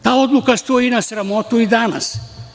Ta odluka stoji na sramotu i danas.